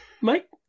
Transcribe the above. Mike